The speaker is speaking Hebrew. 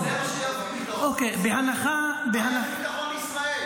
----- זה מה שיביא ביטחון לישראל --- ביטחון לישראל.